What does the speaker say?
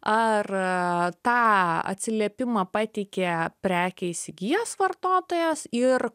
ar tą atsiliepimą pateikia prekę įsigijęs vartotojas ir